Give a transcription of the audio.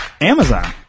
Amazon